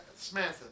Samantha